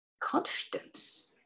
confidence